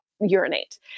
urinate